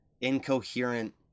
incoherent